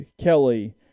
Kelly